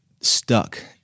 stuck